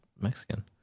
mexican